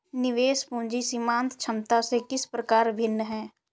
निवेश पूंजी सीमांत क्षमता से किस प्रकार भिन्न है?